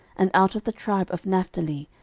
and out of the tribe of naphtali,